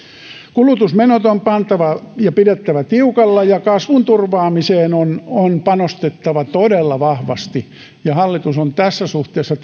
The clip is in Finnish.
kulutusmenot on pidettävä tiukalla ja kasvun turvaamiseen on on panostettava todella vahvasti hallitus on tässä suhteessa